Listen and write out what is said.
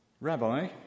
Rabbi